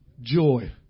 joy